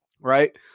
right